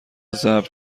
ضبط